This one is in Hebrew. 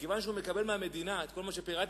מכיוון שהוא מקבל מהמדינה את כל מה שפירטתי,